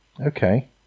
Okay